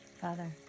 Father